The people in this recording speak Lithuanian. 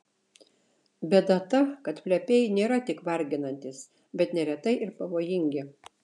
bėda ta kad plepiai nėra tik varginantys bet neretai ir pavojingi